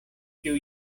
kiu